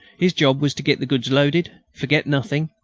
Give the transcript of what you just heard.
his job was to get the goods loaded, forget nothing,